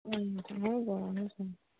اَہَن حظ